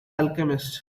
alchemist